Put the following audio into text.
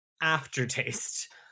aftertaste